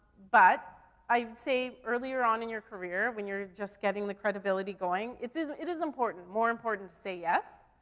but, i'd say earlier on in your career when you're just getting the credibility going, it is, it is important, more important to say yes.